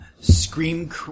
Scream